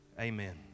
amen